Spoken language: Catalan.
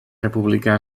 republicà